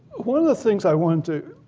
one of the things i want to